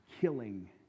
killing